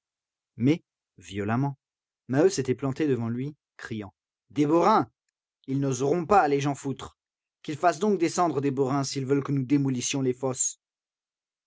mais violemment maheu s'était planté devant lui criant des borains ils n'oseront pas les jean foutre qu'ils fassent donc descendre des borains s'ils veulent que nous démolissions les fosses